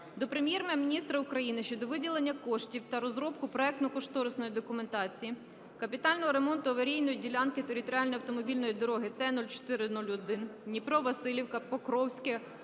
до Прем'єр-міністра України щодо виділення коштів на розробку проектно-кошторисної документації капітального ремонту аварійної ділянки територіальної автомобільної дороги Т-04-01 Дніпро-Васильківка – Покровське